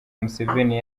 museveni